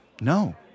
No